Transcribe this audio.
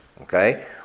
okay